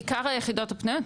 עיקר היחידות הפנויות,